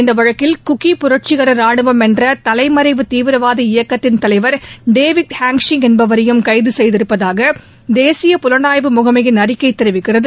இந்த வழக்கில் குக்கி புரட்சிகர ரானுவமென்ற தலைமறைவு தீவிரவாத இயக்கத்தின் தலைவர் டேவிட் ஹாய்ஷிய் என்பவரையும் கைது செய்திருப்பதாக தேசிய புலனாய்வு முகனமயின் அறிக்கை தெரிவிக்கிறது